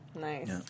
Nice